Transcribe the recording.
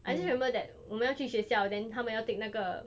I didn't remember that 我们要去学校 then 他们要 take 那个